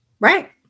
Right